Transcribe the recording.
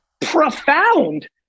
profound